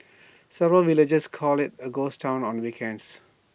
several villagers call IT A ghost Town on weekends